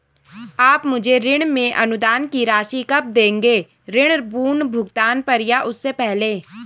आप मुझे ऋण में अनुदान की राशि कब दोगे ऋण पूर्ण भुगतान पर या उससे पहले?